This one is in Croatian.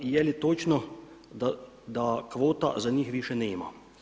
Jeli točno da kvota za njih više nema?